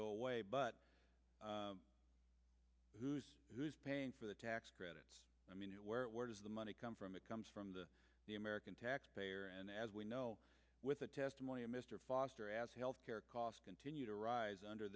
go away but who's paying for the tax credit i mean where it where does the money come from it comes from the the american taxpayer and as we know with the testimony of mr foster as health care costs continue to rise under